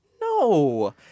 No